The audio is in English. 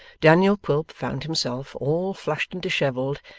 daniel quilp found himself, all flushed and dishevelled,